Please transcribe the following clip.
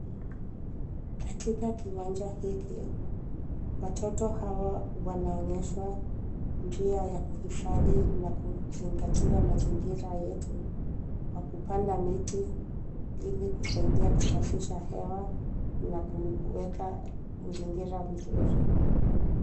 Katika kiwanja hiki watoto hawa wanaonyeshwa njia ya kuhifadhi na kuzingatia mazingira yetu kwa kupanda miti hili kusaidia kusafisha hewa na kuweka mazingira vizuri.